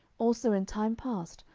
also in time past,